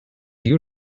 you